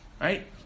Right